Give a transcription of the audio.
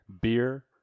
beer